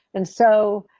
and so,